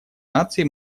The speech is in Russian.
наций